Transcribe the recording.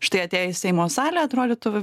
štai atėjus seimo salę atrodytų